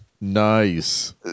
Nice